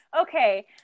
Okay